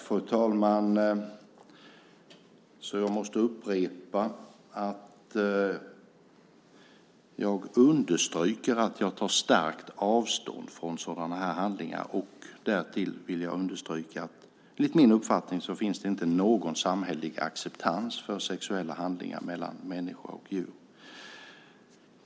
Fru talman! Jag måste upprepa att jag tar starkt avstånd från sådana här handlingar, och därtill vill jag understryka att enligt min uppfattning finns det inte någon samhällelig acceptans för sexuella handlingar mellan människor och djur.